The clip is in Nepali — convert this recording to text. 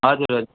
हजुर हजुर